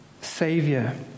savior